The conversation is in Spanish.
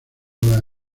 las